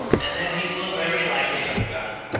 and then he will very likely have forgotten.